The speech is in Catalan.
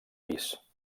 pis